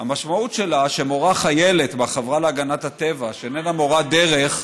שמורה חיילת בחברה להגנת הטבע, שאיננה מורת דרך,